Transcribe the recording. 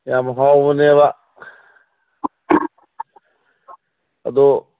ꯌꯥꯝ ꯍꯥꯎꯕꯅꯦꯕ ꯑꯗꯣ